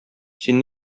син